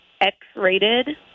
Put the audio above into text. X-rated